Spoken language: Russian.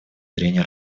зрения